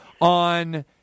on